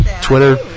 Twitter